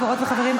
חברות וחברים,